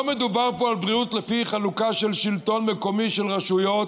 לא מדובר פה על בריאות לפי חלוקה של שלטון מקומי של רשויות,